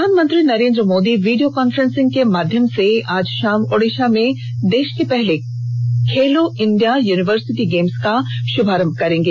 प्रधानमंत्री Narendra Modi video conference के माध्यम से आज शाम ओडिसा में देश के पहले खेलो इंडिया यूनिवर्सिटी गेम्स का शुभारंभ करेंगे